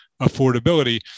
affordability